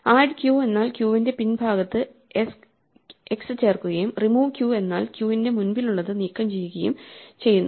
add q എന്നാൽ ക്യൂവിന്റെ പിൻഭാഗത്ത് x ചേർക്കുകയും റിമൂവ് q എന്നാൽ q ന്റെ മുൻപിലുള്ളത് നീക്കംചെയ്യുകയും ചെയ്യും